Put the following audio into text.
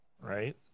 right